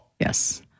Yes